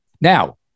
Now